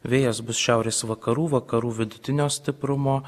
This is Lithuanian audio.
vėjas bus šiaurės vakarų vakarų vidutinio stiprumo